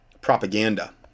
propaganda